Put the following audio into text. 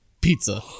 pizza